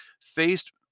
faced